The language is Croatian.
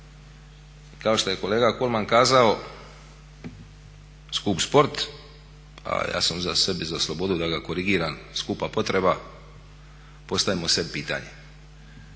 Kao što je kolega Kolman kazao skup sport, a ja sam sebi za slobodu da ga korigiram skupa potreba postavimo sebi pitanje